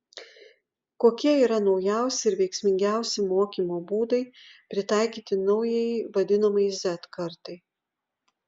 kokie yra naujausi ir veiksmingiausi mokymo būdai pritaikyti naujajai vadinamajai z kartai